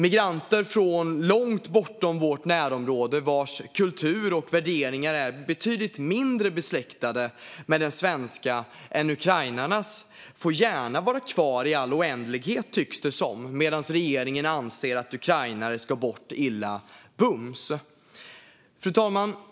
Migranter från långt bortom vårt närområde vars kultur och värderingar är betydligt mindre besläktade med den svenska än ukrainarnas får gärna vara kvar i all oändlighet, tycks det som, medan regeringen anser att ukrainare ska bort illa kvickt. Fru talman!